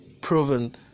proven